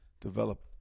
develop